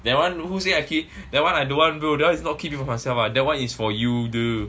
that one who say I keep that one I don't want bro that one is not keeping for myself lah but that one is for you 的